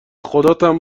خداتم